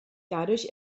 dadurch